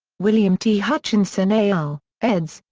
william t. hutchinson et al, eds,